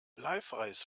bleifreies